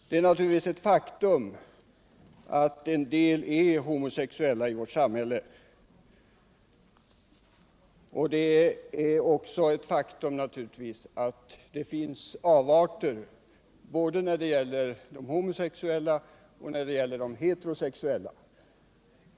Det är givetvis ett faktum att vissa personer är homosexuella liksom att det finns avarter när det gäller både de homosexuella och de heterosexuella.